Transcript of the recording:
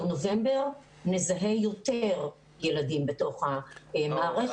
נובמבר נזהה יותר ילדים בתוך המערכת.